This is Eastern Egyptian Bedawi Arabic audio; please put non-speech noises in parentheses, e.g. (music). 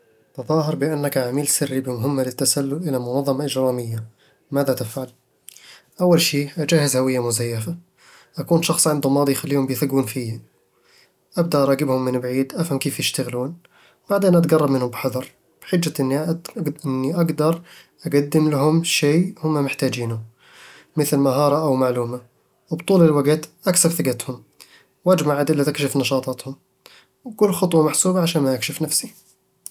تظاهر بأنك عميل سري بمهمة للتسلل إلى منظمة إجرامية. ماذا تفعل؟ أول شي، أجهز هويّة مزيفة، أكون شخص عنده ماضٍ يخليهم بيثقون فيني أبدا أراقبهم من بعيد، أفهم كيف يشتغلون بعدين أتقرب منهم بحذر، أدخل بحجة إني ا (hesitation) أقدر أقدم لهم شي هم محتاجينه، مثل مهارة أو معلومة وبطول الوقت، أكسب ثقتهم، وأجمع أدلة تكشف نشاطاتهم، وكل خطوة محسوبة عشان ما أكشف نفسي